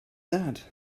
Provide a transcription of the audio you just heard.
that